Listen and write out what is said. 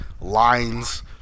lines